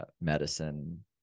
medicine